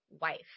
wife